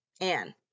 Anne